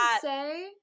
say